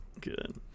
Good